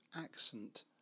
accent